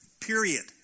Period